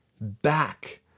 back